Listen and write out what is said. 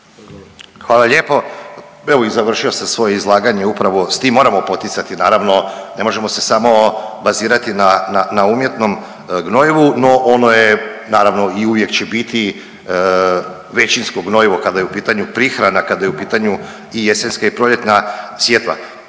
Hvala lijepo. Evo i završio sam svoje izlaganje upravo s tim. Moramo poticati naravno ne možemo se samo bazirati na umjetnom gnojivo, no ono je naravno i uvijek će biti većinsko gnojivo kada je u pitanju prihrana, kada je u pitanju i jesenska i proljetna sjetva.